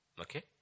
Okay